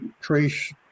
trace